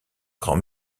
grand